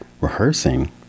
rehearsing